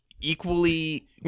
equally